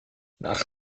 nach